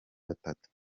batatu